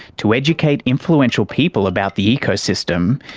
to educate influential people about the ecosystem,